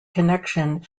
connection